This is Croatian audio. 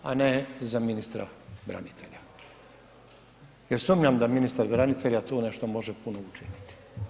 a ne za ministra branitelja, jer sumnjam da ministar branitelja tu nešto može puno učiniti.